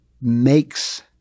makes